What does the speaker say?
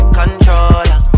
controller